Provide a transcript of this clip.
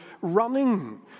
running